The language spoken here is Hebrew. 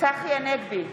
צחי הנגבי,